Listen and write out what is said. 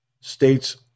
states